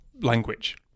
language